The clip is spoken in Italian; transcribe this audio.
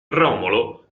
romolo